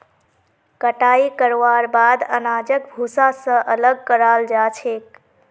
कटाई करवार बाद अनाजक भूसा स अलग कराल जा छेक